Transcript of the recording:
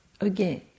again